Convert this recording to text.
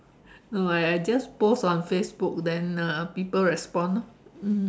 no I I just post on Facebook then uh people respond loh